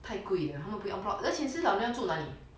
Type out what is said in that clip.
太贵了他们不会 en bloc 而且这些老人要住哪里